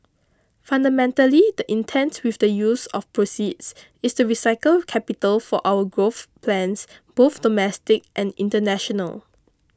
fundamentally the intent with the use of proceeds is to recycle capital for our growth plans both domestic and international